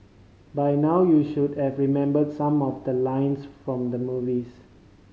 by now you should have remembered some of the lines from the movies